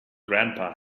grandpa